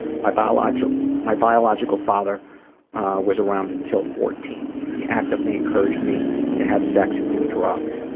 my biological my biological father was around until fourteen. he actively encouraged me to have sex and do drugs.